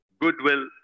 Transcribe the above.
goodwill